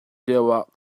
lioah